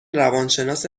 روانشناس